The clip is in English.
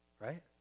Right